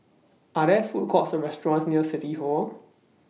Are There Food Courts Or restaurants near City Hall